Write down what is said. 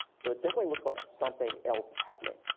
so it definitely looks like something else is happening.